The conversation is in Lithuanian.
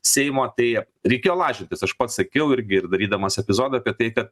seimą tai reikėjo lažintis aš pats sakiau irgi ir darydamas epizodą apie tai kad